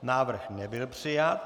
Návrh nebyl přijat.